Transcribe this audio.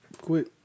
quit